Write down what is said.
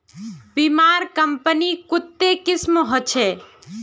बीमार कंपनी कत्ते किस्म होछे